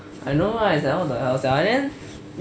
I know right it's like what the hell sia and then